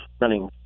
running